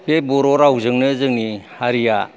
बे बर' रावजोंनो जोंनि हारिया